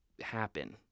happen